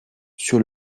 sur